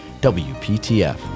WPTF